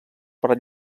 per